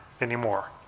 anymore